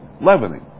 leavening